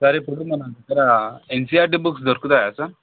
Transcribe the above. sir ఇప్పుడు మన దెగ్గర ఎన్సీఈఆర్టీ బుక్స్ దొరుకుతాయా సార్